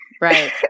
Right